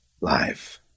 life